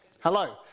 Hello